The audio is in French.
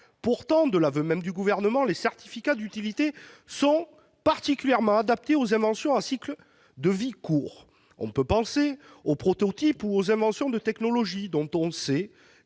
Pourtant, de l'aveu même du Gouvernement, les certificats d'utilité sont particulièrement adaptés aux inventions à cycle de vie court- on peut penser aux prototypes ou aux inventions de technologies, dont on sait